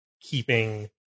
keeping